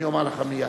אני אומר לך מייד,